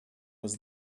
was